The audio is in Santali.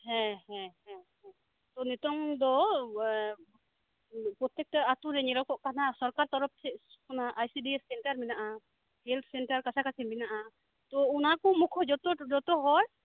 ᱦᱮᱸ ᱦᱮᱸ ᱦᱮᱸ ᱛᱚ ᱱᱤᱛᱚᱝ ᱫᱚ ᱯᱨᱚᱛᱮᱠᱴᱟ ᱟᱛᱳᱨᱮ ᱧᱮᱞᱚᱠᱚᱜ ᱠᱟᱱᱟ ᱥᱚᱨᱠᱟᱨ ᱛᱚᱨᱚᱯ ᱥᱮᱫ ᱠᱷᱚᱱᱟᱜ ᱟᱭᱥᱤᱰᱤᱭᱮᱥ ᱥᱮᱱᱴᱟᱨ ᱢᱮᱱᱟᱜ ᱟ ᱦᱮᱞᱛ ᱥᱮᱱᱴᱟᱨ ᱠᱟᱪᱷᱟ ᱠᱟᱪᱷᱤ ᱢᱮᱱᱟᱜ ᱟ ᱛᱚ ᱚᱱᱟᱠᱩ ᱢᱩᱠᱷᱚ ᱡᱚᱛᱚᱦᱚᱲ